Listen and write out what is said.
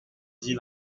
dit